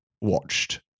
watched